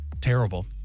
terrible